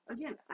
Again